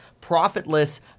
profitless